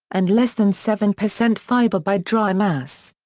and less than seven percent fibre by dry mass.